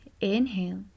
inhale